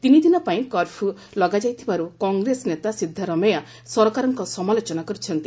ତିନି ଦିନ ପାଇଁ କର୍ଫ୍ୟୁ ଲଗାଯାଇଥିବାରୁ କଂଗ୍ରେସ ନେତା ସିଦ୍ଧ ରମେୟା ସରକାରଙ୍କ ସମାଲୋଚନା କରିଛନ୍ତି